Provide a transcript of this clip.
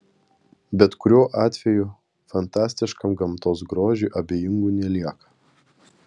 bet kuriuo atveju fantastiškam gamtos grožiui abejingų nelieka